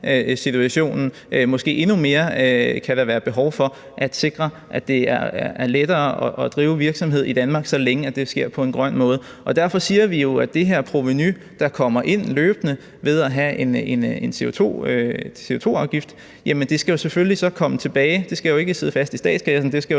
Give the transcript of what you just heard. kan der måske endnu mere være behov for at sikre, at det er lettere at drive virksomhed i Danmark, så længe det sker på en grøn måde. Derfor siger vi jo, at det her provenu, der kommer ind løbende ved at have en CO2-afgift, selvfølgelig skal komme tilbage, for det skal ikke sidde fast i statskassen, til